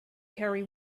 carry